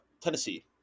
tennessee